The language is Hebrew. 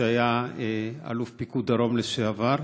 אלוף פיקוד דרום לשעבר,